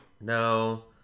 No